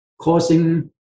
causing